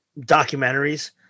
documentaries